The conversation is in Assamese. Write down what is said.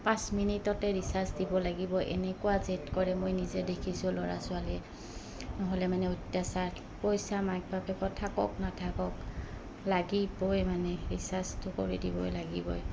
পাঁচ মিনিটতে ৰিচাৰ্জ দিব লাগিব এনেকুৱা জেদ কৰে মই নিজে দেখিছোঁ ল'ৰা ছোৱালীয়ে নহ'লে মানে অত্যাচাৰ পইচা মাক বাপেকৰ থাকক নাথাকক লাগিবই মানে ৰিচাৰ্জটো কৰি দিবই লাগিবই